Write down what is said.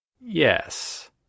Yes